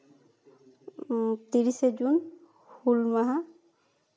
ᱛᱤᱨᱤᱥᱮ ᱡᱩᱱ ᱦᱩᱞ ᱢᱟᱦᱟ